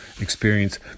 experience